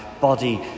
body